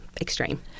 extreme